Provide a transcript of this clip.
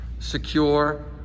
secure